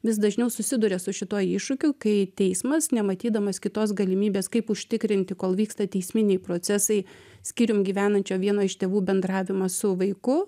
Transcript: vis dažniau susiduria su šituo iššūkiu kai teismas nematydamas kitos galimybės kaip užtikrinti kol vyksta teisminiai procesai skyrium gyvenančio vieno iš tėvų bendravimą su vaiku